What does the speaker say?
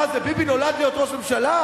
מה זה, ביבי נולד להיות ראש ממשלה?